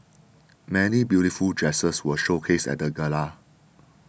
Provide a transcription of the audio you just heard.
many beautiful dresses were showcased at the gala